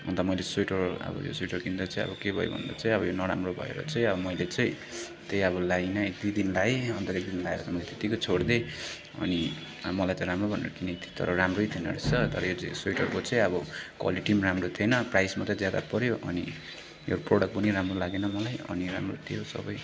अन्त मैले स्वेटर अब यो स्वेटर किन्दा चाहिँ अब के भयो भन्दा चाहिँ अब यो नराम्रो भएर चाहिँ अब मैले चाहिँ त्यही अब लगाइनँ एक दुई दिन लगाएँ अन्त एक दुई दिन लगाएर त मैले त्यत्तिकै छोडिदिएँ अनि मलाई त राम्रो भनेको किनेको थिएँ तर राम्रै थिएन रहेछ तर यो चाहिँ स्वेटरको चाहिँ अब क्वालिटी पनि राम्रो थिएन प्राइस मात्रै ज्यादा पर्यो अनि यो प्रडक्ट पनि राम्रो लागेन मलाई अनि राम्रो थियो सबै